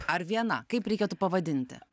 ar viena kaip reikėtų pavadinti